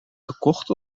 gekocht